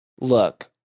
look